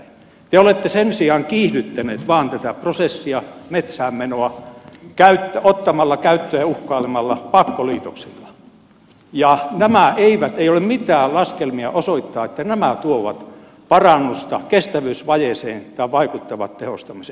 te olette sen sijaan kiihdyttäneet vain tätä prosessia metsään menoa ottamalla käyttöön ja uhkailemalla pakkoliitoksilla ja ei ole mitään laskelmia osoittaa että nämä tuovat parannusta kestävyysvajeeseen tai vaikuttavat tehostamiseen